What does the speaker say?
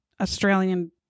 Australian